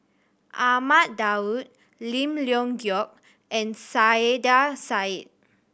Ahmad Daud Lim Leong Geok and Saiedah Said